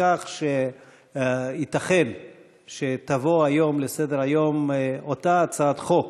כך שייתכן שתבוא היום לסדר-היום אותה הצעת חוק,